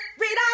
Read